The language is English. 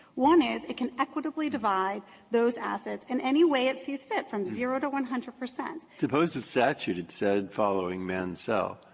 one is it can equitably divide those assets in any way it sees fit, from zero to one hundred percent. breyer suppose the statute, it said, following mansell,